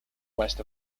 west